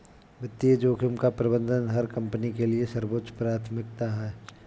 वित्तीय जोखिम का प्रबंधन हर कंपनी के लिए सर्वोच्च प्राथमिकता है